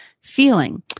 feeling